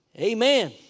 Amen